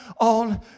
on